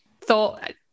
thought